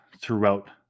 throughout